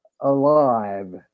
alive